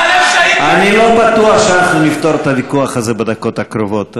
אני לא בטוח שאנחנו נפתור את הוויכוח הזה בדקות הקרובות.